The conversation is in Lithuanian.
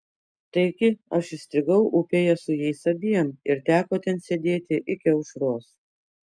taigi aš įstrigau upėje su jais abiem ir teko ten sėdėti iki aušros